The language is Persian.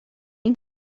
این